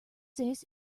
days